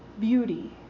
beauty